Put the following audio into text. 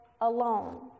alone